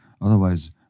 Otherwise